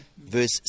verse